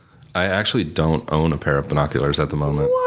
i actually don't own a pair of binoculars at the moment.